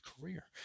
career